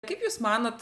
kaip jūs manot